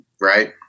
right